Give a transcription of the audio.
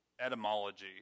etymology